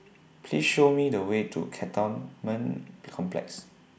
Please Show Me The Way to Cantonment Complex